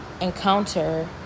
encounter